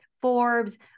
Forbes